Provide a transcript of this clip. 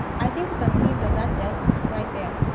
i think we conceived on that desk right there.